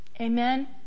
Amen